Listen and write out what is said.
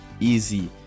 easy